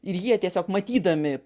ir jie tiesiog matydami